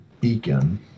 Beacon